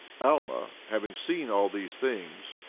alma having seen all these things,